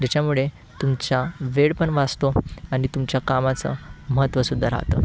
ज्याच्यामुळे तुमच्या वेळ पण वाचतो आणि तुमच्या कामाचं महत्त्वसुद्धा राहतं